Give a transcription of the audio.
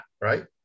right